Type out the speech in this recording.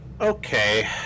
okay